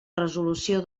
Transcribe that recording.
resolució